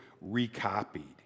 recopied